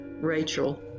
Rachel